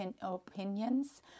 opinions